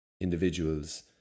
individuals